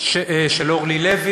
שלי עברה בקריאה